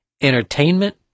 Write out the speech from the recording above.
entertainment